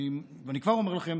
ואני כבר אומר לכם,